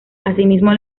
asimismo